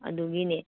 ꯑꯗꯨꯒꯤꯅꯦ